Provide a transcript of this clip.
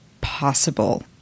possible